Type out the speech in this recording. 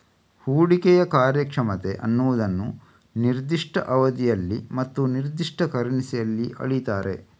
ಹೂಡಿಕೆಯ ಕಾರ್ಯಕ್ಷಮತೆ ಅನ್ನುದನ್ನ ನಿರ್ದಿಷ್ಟ ಅವಧಿಯಲ್ಲಿ ಮತ್ತು ನಿರ್ದಿಷ್ಟ ಕರೆನ್ಸಿಯಲ್ಲಿ ಅಳೀತಾರೆ